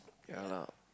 ya lah